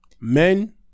men